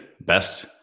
Best